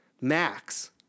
max